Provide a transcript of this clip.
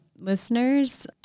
listeners